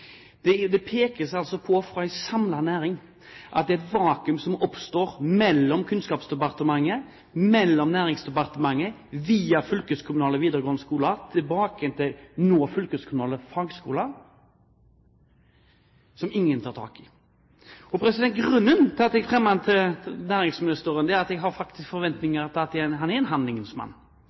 Det pekes fra en samlet næring på at det er et vakuum som oppstår mellom Kunnskapsdepartementet og Næringsdepartementet via fylkeskommunale videregående skoler og tilbake igjen til nå fylkeskommunale fagskoler, som ingen tar tak i. Grunnen til at jeg fremmet interpellasjonen til næringsministeren, er at jeg faktisk har forventninger til at han er en